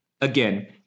again